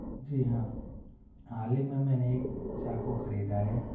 जी हाँ हाल ही में मैंने एक चाकू ख़रीदा है